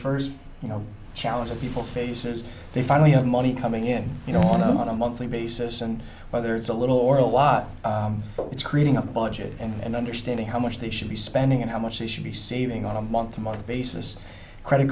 first you know challenge of people faces they finally have money coming in you know on a monthly basis and whether it's a little or a lot it's creating a budget and understanding how much they should be spending and how much they should be saving on a month to month basis credit